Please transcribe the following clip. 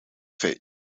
fate